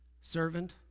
Servant